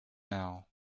now